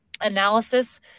analysis